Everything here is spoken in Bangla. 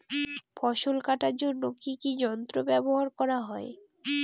ফসল কাটার জন্য কি কি যন্ত্র ব্যাবহার করা হয়?